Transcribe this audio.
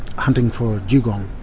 hunting for a dugong,